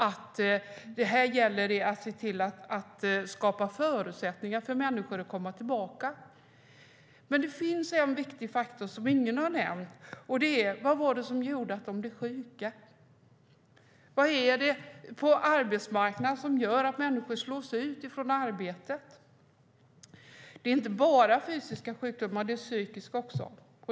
Det gäller att se till att skapa förutsättningar för människor att komma tillbaka. Det finns en viktig faktor som ingen har nämnt, och det är: Vad var det som gjorde att de blev sjuka? Vad är det på arbetsmarknaden som gör att människor slås ut från arbetet? Det är inte bara fysiska sjukdomar, utan det är också psykiska.